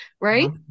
right